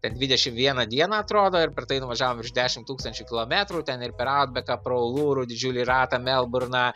per dvidešim vieną dieną atrodo ir per tai nuvažiavom virš dešim tūkstančių kilometrų ten ir per autbeką pro ūrų didžiulį ratą melburną